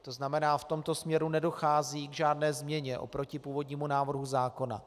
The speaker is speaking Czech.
To znamená, v tomto směru nedochází k žádné změně oproti původnímu návrhu zákona.